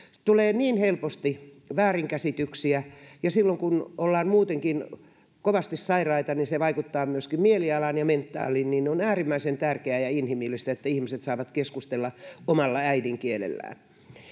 tulee niin helposti väärinkäsityksiä ja silloin kun ollaan muutenkin kovasti sairaita se vaikuttaa myöskin mielialaan ja mentaaliin niin että on äärimmäisen tärkeää ja inhimillistä että ihmiset saavat keskustella omalla äidinkielellään